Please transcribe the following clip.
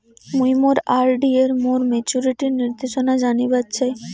মুই মোর আর.ডি এর মোর মেচুরিটির নির্দেশনা জানিবার চাই